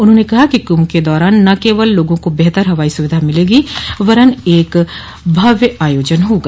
उन्होंने कहा कि कुंभ के दौरान न केवल लोगों को बेहतर हवाई सुविधा मिलेगी वरन यह एक भव्य आयोजन होगा